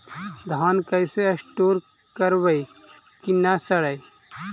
धान कैसे स्टोर करवई कि न सड़ै?